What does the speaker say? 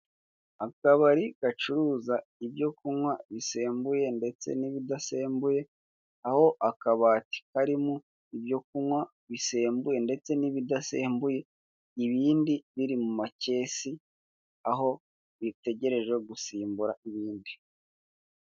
Akabari gacuruza ibyo kunywa bisembuye ndetse n'ibidasembuye, aho akabati karimo ibyo kunywa bisembuye ndetse n'ibidasembuye, ibindi biri mu makesi aho bitegereje gusimbura ibindi.